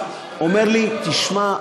אומר לי: תשמע,